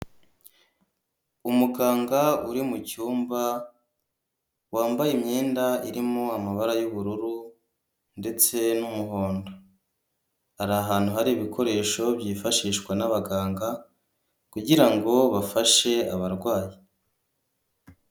Umuganga uri mu cyumba wambaye imyenda irimo amabara y'ubururu ndetse n'umuhondo, ari ahantu hari ibikoresho byifashishwa n'abaganga, kugira ngo bafashe abarwayi.